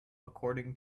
according